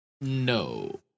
No